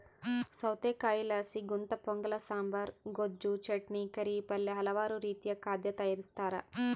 ಸೌತೆಕಾಯಿಲಾಸಿ ಗುಂತಪೊಂಗಲ ಸಾಂಬಾರ್, ಗೊಜ್ಜು, ಚಟ್ನಿ, ಕರಿ, ಪಲ್ಯ ಹಲವಾರು ರೀತಿಯ ಖಾದ್ಯ ತಯಾರಿಸ್ತಾರ